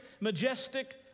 majestic